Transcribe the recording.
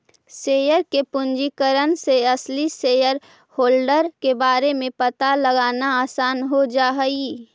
share के पंजीकरण से असली शेयरहोल्डर के बारे में पता लगाना आसान हो जा हई